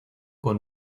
con